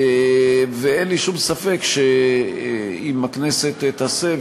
אין לי שום ספק שאם הכנסת תעשה,